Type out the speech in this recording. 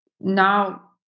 now